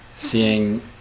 seeing